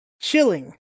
chilling